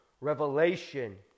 revelation